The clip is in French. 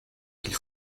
qu’il